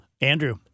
Andrew